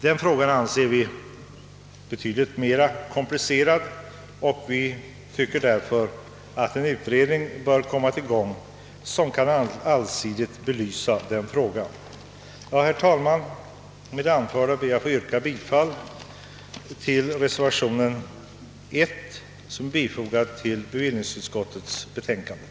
Den frågan är betydligt mer komplicerad, och vi anser därför att en utredning bör tillsättas för att allsidigt belysa den. Herr talman! Med det anförda ber jag att få yrka bifall till reservationen 1 av herr Yngve Nilsson m.fl.